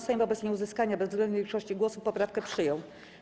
Sejm wobec nieuzyskania bezwzględnej większości głosów poprawki przyjął.